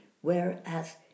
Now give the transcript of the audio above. Whereas